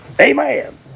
Amen